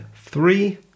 Three